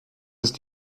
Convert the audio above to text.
ist